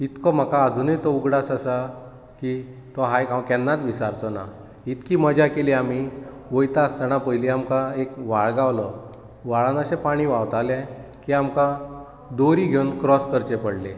इतको म्हाका तो आजुनूय उगडास आसा की तो हायक हांव केन्नाच विसारचो ना इतकी मजा केली आमी वयतासतना एक आमकां पयलीं व्हाळ गावलो व्हाळान अशें पाणी व्हावतालें की आमकां दोरी घेवन क्राॅस करचें पडलें